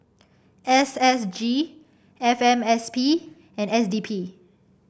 S S G F M S P and S D P